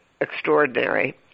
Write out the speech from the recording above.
extraordinary